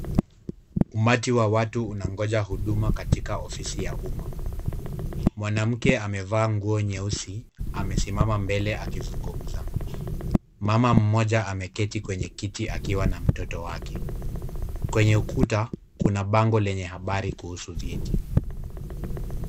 Umati wa watu unangoja huduma katika ofisi ya umma. Mwanamke aliyevaa nguo nyeusi anasimama akizungumza. Mama mmoja ameketi kwenye kiti akiwa na mtoto wake. Kwernye ukuta kuna bango lenye habari kuhusu vyeti.